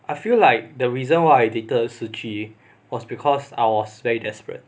I feel like the reason why I dated shi qi was because I was very desperate